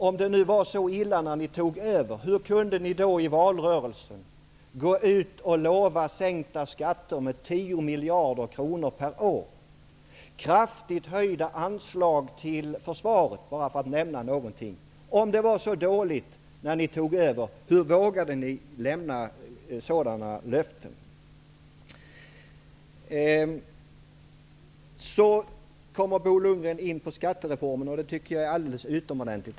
Om det nu var så illa när ni tog över, hur kunde ni då i valrörelsen gå ut och lova sänkta skatter med 10 miljarder per år, kraftigt höjda anslag till försvaret -- bara för att nämna någonting? Om det var så dåligt, hur vågade ni då lämna sådana löften? Bo Lundgren kom in på skattereformen, och det tycker jag var alldeles utomordentligt.